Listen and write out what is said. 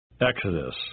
Exodus